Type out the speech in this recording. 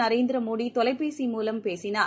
நரேந்திர மோடி தொலைபேசி மூலம் பேசினார்